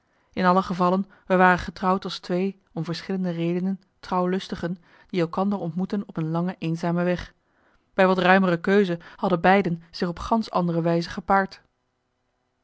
in alle geval we waren getrouwd als twee om verschillende redenen trouwlustigen die elkander ontmoeten op een lange eenzame weg bij wat ruimere keuze hadden beiden zich op gansch andere wijze gepaard